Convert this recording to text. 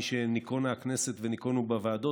משנכונה הנכנסת ונכונו בה ועדות,